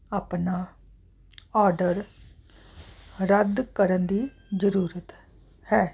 ਆਪਣਾ ਆਰਡਰ ਰੱਦ ਕਰਨ ਦੀ ਜ਼ਰੂਰਤ ਹੈ